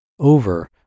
over